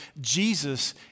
Jesus